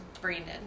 Brandon